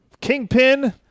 Kingpin